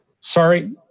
Sorry